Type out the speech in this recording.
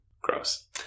Gross